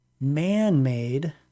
man-made